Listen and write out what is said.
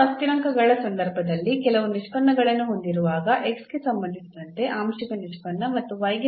ಆದರೂ ಒಂದು ವೇರಿಯಬಲ್ ಸಂದರ್ಭದಲ್ಲಿ ನಾವು ಉತ್ಪನ್ನದ ನಿಷ್ಪನ್ನವನ್ನು ಹೊಂದಿದ್ದರೆ ನಂತರ ಉತ್ಪನ್ನವು ಡಿಫರೆನ್ಸಿಬಲ್ ಆಗಿರುತ್ತದೆ ಅಥವಾ ಇನ್ನೊಂದು ರೀತಿಯಲ್ಲಿ ಇರುತ್ತದೆ